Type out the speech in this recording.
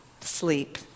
sleep